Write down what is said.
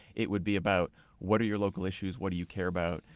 it would be about what are your local issues, what do you care about?